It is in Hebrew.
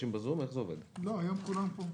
היום כולם פה.